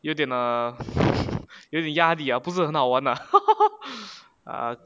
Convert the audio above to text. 有点 err 有点压力 lah 不是很好玩 lah